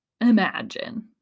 imagine